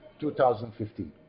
2015